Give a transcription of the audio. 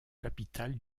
capitale